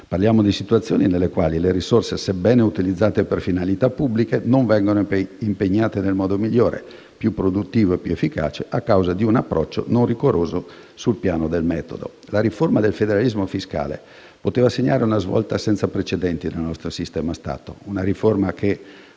Parliamo di situazioni nelle quali le risorse, sebbene utilizzate per finalità pubbliche, non vengono impiegate nel modo migliore, più produttivo e più efficace, a causa di un approccio non rigoroso sul piano del metodo. La riforma del federalismo fiscale poteva segnare una svolta senza precedenti nel nostro sistema Stato. È una riforma che